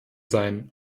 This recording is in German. sein